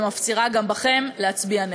ומפצירה גם בכם להצביע נגד.